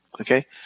Okay